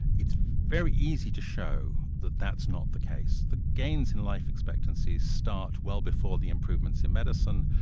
it's very easy to show that that's not the case. the gains in life expectancy start well before the improvements in medicine.